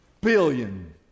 billion